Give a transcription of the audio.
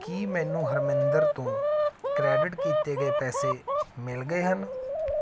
ਕੀ ਮੈਨੂੰ ਹਰਮਿੰਦਰ ਤੋਂ ਕ੍ਰੈਡਿਟ ਕੀਤੇ ਗਏ ਪੈਸੇ ਮਿਲ ਗਏ ਹਨ